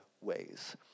ways